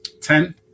Ten